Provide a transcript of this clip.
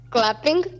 Clapping